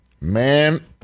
Man